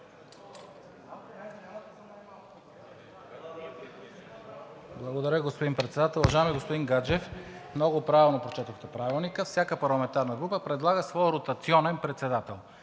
Благодаря, господин Председател. Уважаеми господин Гаджев, много правилно прочетохте Правилника – всяка парламентарна група предлага своя ротационен председател.